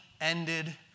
ended